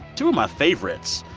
two of my favorites.